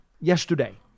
yesterday